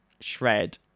shred